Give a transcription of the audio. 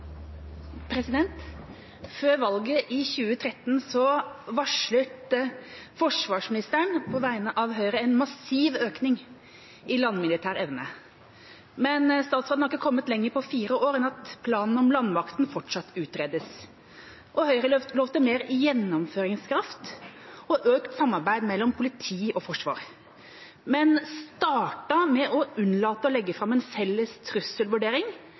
Før valget i 2013 varslet forsvarsministeren på vegne av Høyre en massiv økning i landmilitær evne. Men statsråden har ikke kommet lenger på fire år enn at planen om landmakten fortsatt utredes. Høyre lovet mer gjennomføringskraft og økt samarbeid mellom politi og forsvar, men startet med å unnlate å legge fram en felles trusselvurdering,